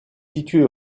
située